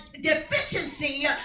deficiency